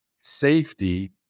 safety